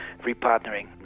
repartnering